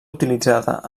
utilitzada